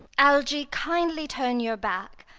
algy, kindly turn your back.